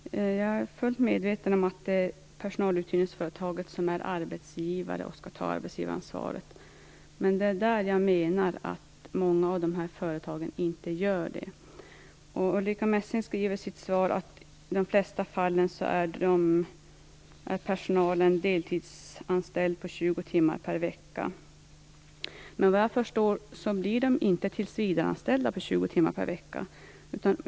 Herr talman! Jag är fullt medveten om att det är personaluthyrningsföretaget som är arbetsgivare och som skall ta arbetsgivaransvaret. Men många av dessa företag gör inte det. Ulrica Messing skriver i sitt svar att personalen i de flesta fall är deltidsanställd på 20 timmar per vecka. Såvitt jag förstår blir den inte tillsvidareanställd på 20 timmar per vecka.